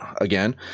again